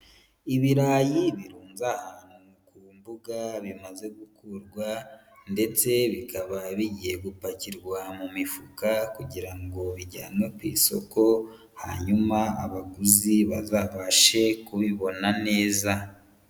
Ibirayi birunze ahantu ku mbuga bimaze gukurwa, ndetse bikaba bigiye gupakirwa mu mifuka, kugira ngo bijyanwe ku isoko, hanyuma abaguzi bazabashe kubibona neza.